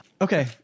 Okay